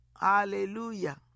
Hallelujah